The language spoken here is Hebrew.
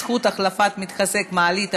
זכות החלפת מתחזק מעלית),